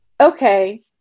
Okay